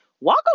walk